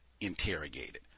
interrogated